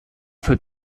für